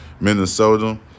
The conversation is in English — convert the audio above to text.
Minnesota